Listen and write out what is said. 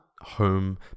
home